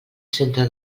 centre